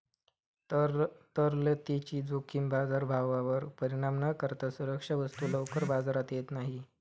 तरलतेची जोखीम बाजारभावावर परिणाम न करता सुरक्षा वस्तू लवकर बाजारात येत नाही